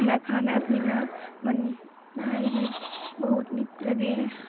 हमरा खाना पीना बनेनाइ भी बहुत नीक लगैया